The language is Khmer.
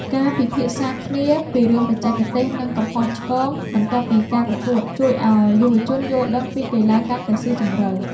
ការពិភាក្សាគ្នាពីរឿងបច្ចេកទេស និងកំហុសឆ្គងបន្ទាប់ពីការប្រកួត ជួយឱ្យយុវជនយល់ដឹងពីកីឡាកាន់តែស៊ីជម្រៅ។